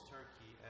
Turkey